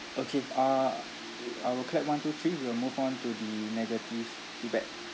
okay uh we I will clap one two three we'll move on to the negative feedback